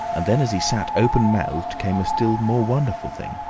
and then, as he sat open-mouthed, came a still more wonderful thing.